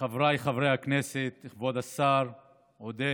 חבריי חברי הכנסת, כבוד השר עודד,